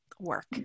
work